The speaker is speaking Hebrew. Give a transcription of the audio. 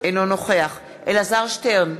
אינו נוכח אלעזר שטרן,